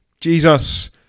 Jesus